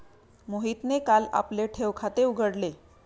मोहितने काल आपले ठेव खाते उघडले